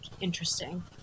interesting